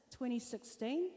2016